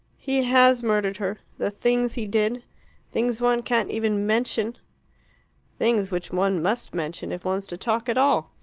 he has murdered her. the things he did things one can't even mention things which one must mention if one's to talk at all.